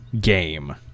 game